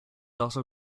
also